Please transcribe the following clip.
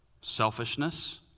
selfishness